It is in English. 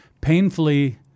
painfully